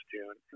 June